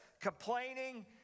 complaining